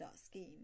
scheme